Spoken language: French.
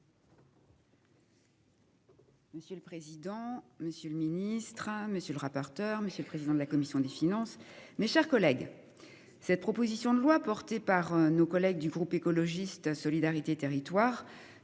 Monsieur le président, Monsieur le ministre, hein. Monsieur le rapporteur. Monsieur le président de la commission des finances. Mes chers collègues. Cette proposition de loi portée par nos collègues du groupe écologiste solidarité et territoires